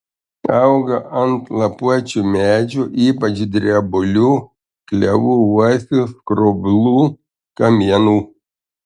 auga ant lapuočių medžių ypač drebulių klevų uosių skroblų kamienų